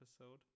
episode